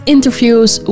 Interviews